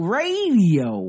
radio